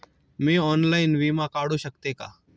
मी online विमा काढू शकते का?